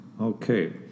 okay